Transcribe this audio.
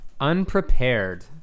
Unprepared